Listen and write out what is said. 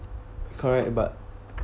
correct but